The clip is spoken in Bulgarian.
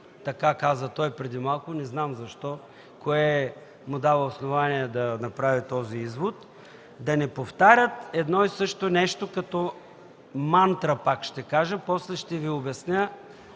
така каза той преди малко, не знам защо и кое му дава основание да направи този извод – да не повтарят едно и също нещо като мантра, пак ще кажа. После ще Ви обясня